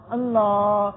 Allah